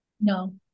No